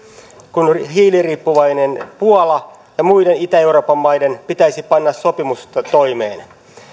kun hiiliriippuvaisen puolan ja muiden itä euroopan maiden pitäisi panna sopimusta toimeen